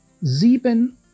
sieben